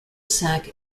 sac